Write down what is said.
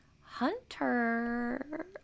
hunter